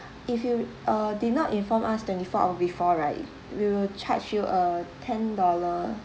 if you uh did not inform us twenty four hour before right we will charge you a ten dollar